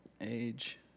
Age